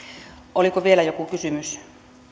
oliko vielä joku kysymys